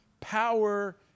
Power